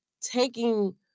taking